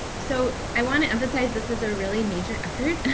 so i want to emphasize this is a really major effort.